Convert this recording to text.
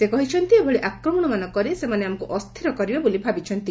ସେ କହିଛନ୍ତି ଏଭଳି ଆକ୍ମଣମାନ କରି ସେମାନେ ଆମକୁ ଅସ୍ଥିର କରିବେ ବୋଲି ଭାବିଛନ୍ତି